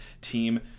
team